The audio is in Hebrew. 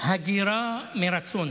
הגירה מרצון.